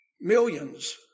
millions